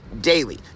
daily